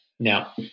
Now